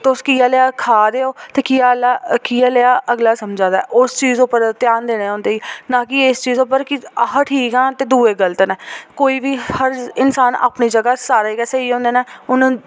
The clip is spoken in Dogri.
तुस किया जेहा खा दे ओ ते किया जेहा किया जेहा अगला समझा दा ऐ उस चीज उप्पर ध्यान देना होंदा कि ना कि इस चीज उप्पर कि अह ठीक आं ते दुए गलत न कोई बी हर इंसान अपनी जगह् सारे गै स्हेई होंदे न हून